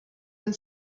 and